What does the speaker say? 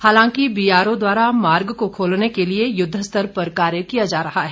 हालांकि बीआरओ ह्वारा मार्ग को खोलने के लिए युद्धस्तर पर कार्य किया जा रहा है